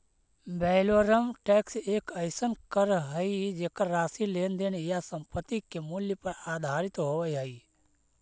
valorem tax एक अइसन कर हइ जेकर राशि लेन देन या संपत्ति के मूल्य पर आधारित होव हइ